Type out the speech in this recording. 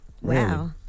Wow